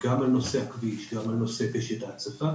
גם על נושא הכביש וגם על נושא פשט ההצפה.